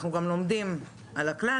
אנחנו גם לומדים על הכלל.